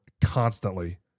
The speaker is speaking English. constantly